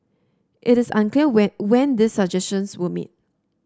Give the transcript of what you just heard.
it is unclear when when these suggestions were made